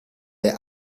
bij